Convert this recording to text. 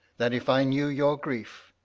that if i knew your grief,